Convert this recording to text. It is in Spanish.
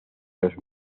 los